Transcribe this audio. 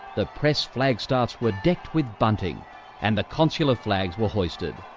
the press flagstaffs were decked with bunting and the consular flags were hoisted.